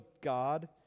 God